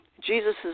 Jesus